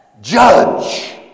judge